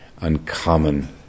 uncommon